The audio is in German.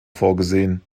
vorgesehen